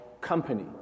company